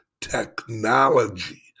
technology